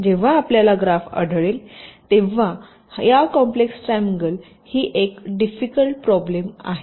जेव्हा आपल्याला ग्राफ आढळेल तेव्हा या कॉम्प्लेक्स ट्रँगल ही एक डिफिकल्ट प्रॉब्लेम आहे